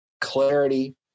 clarity